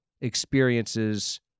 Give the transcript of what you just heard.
experiences